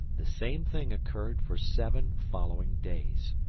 the same thing occurred for seven following days,